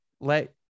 let